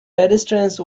pedestrians